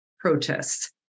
protests